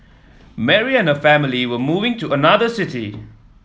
Mary and her family were moving to another city